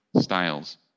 Styles